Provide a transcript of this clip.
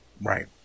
Right